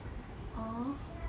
uh